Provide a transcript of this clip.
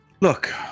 Look